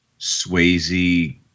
Swayze